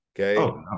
okay